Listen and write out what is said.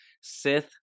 Sith